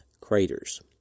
Craters